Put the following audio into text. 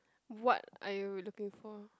what are you looking for